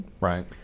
Right